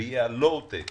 זה יהיה הלואו טק